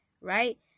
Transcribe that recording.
right